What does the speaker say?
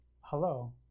Hello